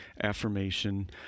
affirmation